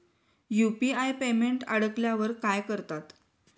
UPI payment अडकल्यावर काय करतात?